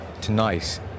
tonight